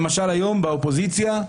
למשל, היום באופוזיציה.